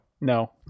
no